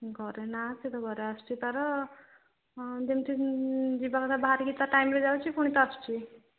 ଘରେ ନା ସେ ତ ଘରେ ଆସୁଛି ତାର ଯେମିତି ଯିବା କଥା ବାହାରିକି ତା ଟାଇମ୍ରେ ଯାଉଛି ପୁଣି ତ ଆସୁଛି